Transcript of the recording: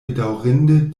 bedaŭrinde